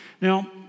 Now